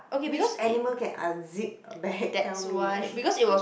which animal can unzip a bag tell me